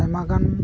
ᱟᱭᱢᱟᱜᱟᱱ